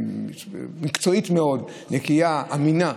מקצועית מאוד, נקייה, אמינה.